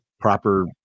proper